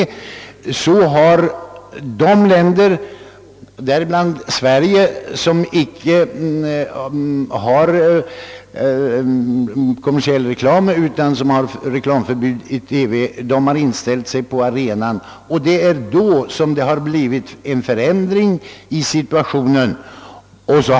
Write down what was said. Därefter har emellertid de länder, däribland Sverige, som icke har kommersiell reklam utan har reklamförbud i TV, uppträtt på arenan med en förändring i situationen som följd.